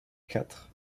quatre